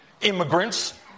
immigrants